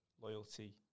loyalty